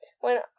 When